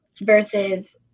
versus